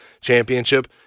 Championship